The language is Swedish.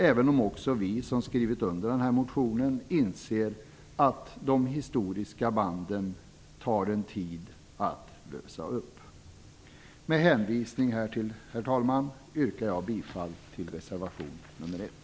Även vi som har skrivit under motionen inser att det tar tid att lösa upp de historiska banden. Herr talman! Med hänvisning till det anförda yrkar jag bifall till reservation nr 1.